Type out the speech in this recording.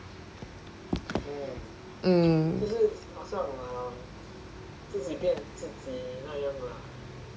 mm